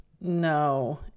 No